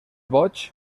boigs